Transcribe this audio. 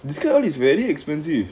this curl is very expensive